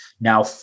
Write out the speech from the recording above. now